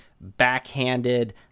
backhanded